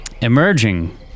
emerging